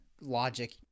logic